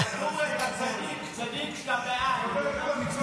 היו"ר משה